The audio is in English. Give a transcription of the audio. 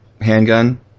handgun